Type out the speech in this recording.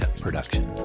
production